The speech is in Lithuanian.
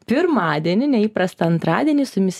pirmadienį ne įprastą antradienį su jumis